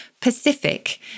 Pacific